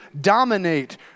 dominate